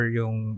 yung